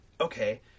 okay